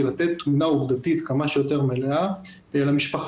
היא לתת תמונה עובדתית כמה שיותר מלאה למשפחה,